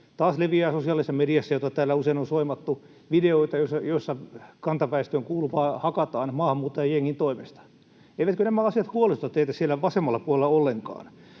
Taas leviää sosiaalisessa mediassa, jota täällä usein on soimattu, videoita, joissa kantaväestöön kuuluvaa hakataan maahanmuuttajajengin toimesta. Eivätkö nämä asiat huolestua teitä siellä vasemmalla puolella ollenkaan?